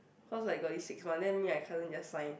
cause I got this six month then me my cousin just sign